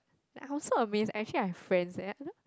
like I also amazed actually I have friends eh I don't